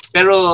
Pero